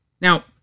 Now